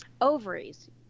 ovaries